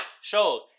shows